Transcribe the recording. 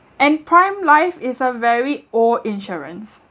and prime life is a very old insurance